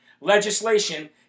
legislation